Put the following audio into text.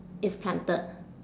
is planted